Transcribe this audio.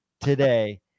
today